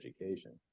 Education